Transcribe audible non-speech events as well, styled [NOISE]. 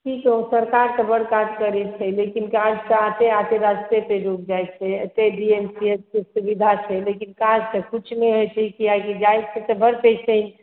की कहू सरकार तऽ बड़ काज करै छै लेकिन काज तऽ आते आते रास्ते पर रुकि जाइत छै एतहि डी एम सी एच मे सुविधा छै लेकिन काज तऽ किछु नहि होइत छै किआकि [UNINTELLIGIBLE]